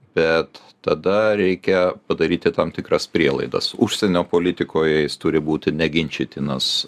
bet tada reikia padaryti tam tikras prielaidas užsienio politikoje jis turi būti neginčytinas